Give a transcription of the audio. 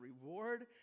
reward